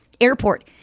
airport